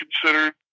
considered